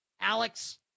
Alex